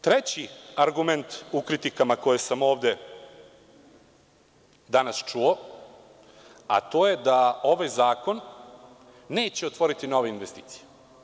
Treći argument u kritikama koje sam ovde danas čuo, a to je da ovaj zakon neće otvoriti nove investicije.